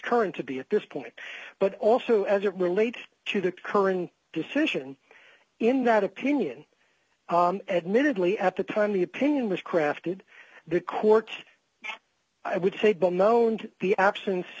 current to be at this point but also as it relates to the current decision in that opinion admittedly at the time the opinion was crafted the court i would say had been known in the absence